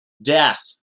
death